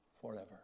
forever